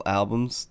albums